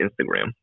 Instagram